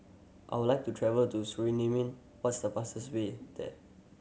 I would like to travel to Suriname what's the fastest way there